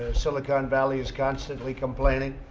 silicon valley is constantly complaining.